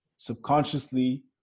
subconsciously